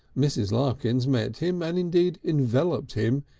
mrs. larkins met him, and indeed enveloped him,